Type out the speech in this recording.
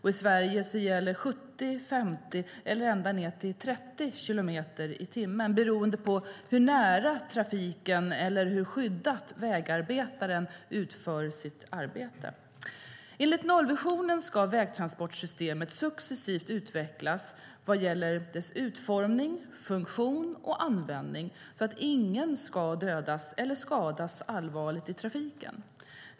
I Sverige gäller 70, 50 och ända ned till 30 kilometer i timmen, beroende på hur nära trafiken eller hur skyddat vägarbetaren utför sitt arbete. Enligt nollvisionen ska vägtransportsystemet successivt utvecklas vad gäller dess utformning, funktion och användning, så att ingen ska dödas eller skadas allvarligt i trafiken.